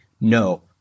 no